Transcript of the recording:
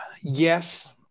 yes